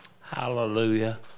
Hallelujah